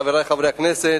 חברי חברי הכנסת,